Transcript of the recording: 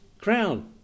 crown